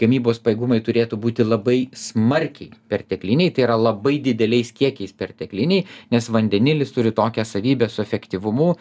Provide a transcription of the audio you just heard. gamybos pajėgumai turėtų būti labai smarkiai pertekliniai tai yra labai dideliais kiekiais pertekliniai nes vandenilis turi tokią savybę su efektyvumu